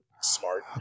smart